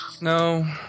No